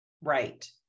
Right